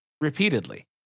repeatedly